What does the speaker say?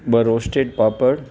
ॿ रोस्टेड पापड़